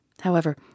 However